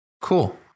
Cool